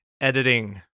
editing